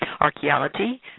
archaeology